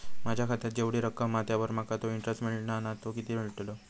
माझ्या खात्यात जेवढी रक्कम हा त्यावर माका तो इंटरेस्ट मिळता ना तो किती मिळतलो?